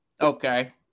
Okay